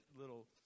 little